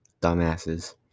dumbasses